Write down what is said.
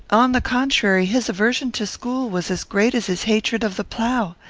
on the contrary, his aversion to school was as great as his hatred of the plough.